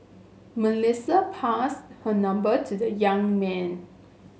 Melissa passed her number to the young man